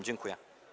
Dziękuję.